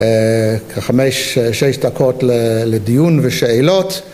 אה.. כחמש, שש דקות לדיון ושאלות